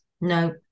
no